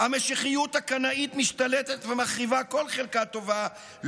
המשיחיות הקנאית משתלטת ומחריבה כל חלקה טובה,